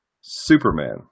Superman